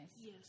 Yes